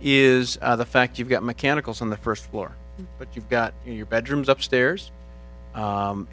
is the fact you've got mechanicals on the first floor but you've got your bedrooms upstairs